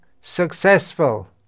successful